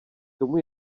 tomu